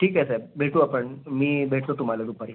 ठीक आहे साहेब भेटू आपण मी भेटतो तुम्हाला दुपारी